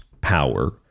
power